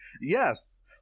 yes